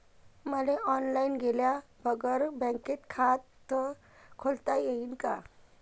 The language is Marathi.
मले ऑनलाईन गेल्या बगर बँकेत खात खोलता येईन का?